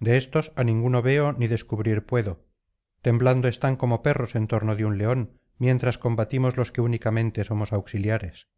de éstos á ninguno veo ni descubrir puedo temblando están como perros en torno de un león mientras combatimos los que únicamente somos auxiliares